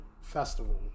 festival